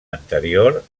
anterior